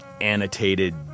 annotated